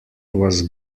was